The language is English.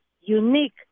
unique